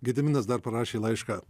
gediminas dar parašė laišką